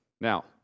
Now